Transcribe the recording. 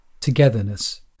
togetherness